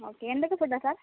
okay എന്തൊക്കെ ഫുഡാണ് sir